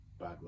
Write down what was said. bad